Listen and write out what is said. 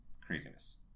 craziness